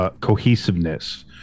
cohesiveness